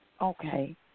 Okay